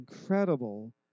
incredible